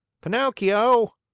Pinocchio